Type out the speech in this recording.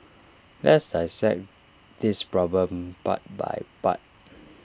let's dissect this problem part by part